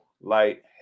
light